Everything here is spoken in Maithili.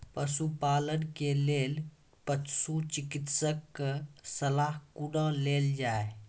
पशुपालन के लेल पशुचिकित्शक कऽ सलाह कुना लेल जाय?